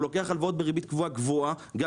הוא לוקח הלוואות בריבית קבועה גבוהה גם